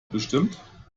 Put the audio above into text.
bestimmt